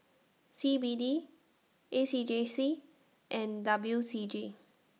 C B D A C J C and W C G